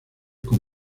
con